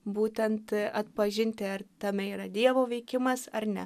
būtent atpažinti ar tame yra dievo veikimas ar ne